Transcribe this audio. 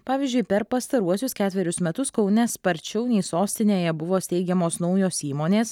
pavyzdžiui per pastaruosius ketverius metus kaune sparčiau nei sostinėje buvo steigiamos naujos įmonės